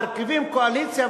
מרכיבים קואליציה,